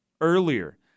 earlier